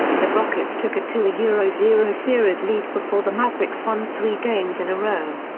the rockets took a two yeah zero zero series lead before the mavericks won three games in a row.